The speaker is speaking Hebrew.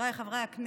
חבריי חברי הכנסת,